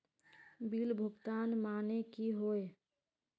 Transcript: Bill भुगतान माने की होय?